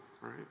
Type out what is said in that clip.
right